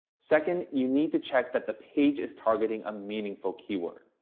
second, you need to check that the page is targeting a meaningful keyword.